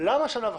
למה שנה וחצי?